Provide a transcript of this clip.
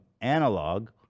analog